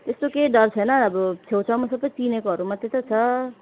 त्यस्तो केही डर छैन अब छेउछाउमा थुप्रै चिनेकोहरू मात्रै त छ